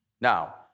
Now